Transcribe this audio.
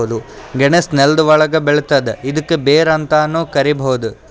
ಗೆಣಸ್ ನೆಲ್ದ ಒಳ್ಗ್ ಬೆಳಿತದ್ ಇದ್ಕ ಬೇರ್ ಅಂತಾನೂ ಕರಿಬಹುದ್